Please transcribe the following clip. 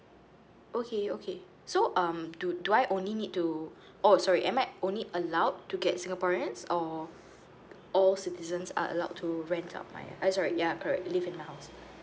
okay okay so um do do I only need to oh sorry am I only allowed to get singaporeans or all citizens are allowed to rent out my uh sorry ya I'm correct live in the house